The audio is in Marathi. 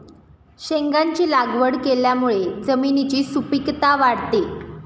शेंगांची लागवड केल्यामुळे जमिनीची सुपीकता वाढते